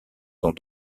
sont